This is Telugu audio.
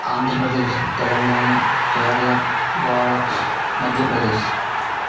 ఆంధ్రప్రదేశ్ తెలంగాణ కేరళ గోవా మధ్యప్రదేశ్